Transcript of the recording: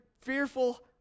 fearful